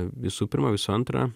visų pirma visų antra